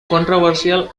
controversial